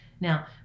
now